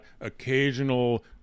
occasional